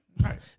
Right